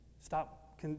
Stop